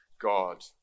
God